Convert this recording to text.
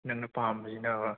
ꯅꯪꯅ ꯄꯥꯝꯕꯁꯤꯅꯕ